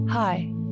Hi